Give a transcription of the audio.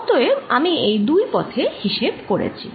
অতএব আমি এই দুই পথে হিসেব করেছি